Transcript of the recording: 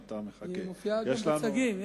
היא מופיעה בצגים.